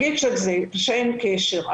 שאין קשר,